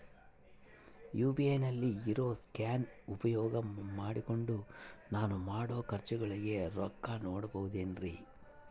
UPI ನಲ್ಲಿ ಇರೋ scan ಉಪಯೋಗ ಮಾಡಿಕೊಂಡು ನಾನು ಮಾಡೋ ಖರ್ಚುಗಳಿಗೆ ರೊಕ್ಕ ನೇಡಬಹುದೇನ್ರಿ?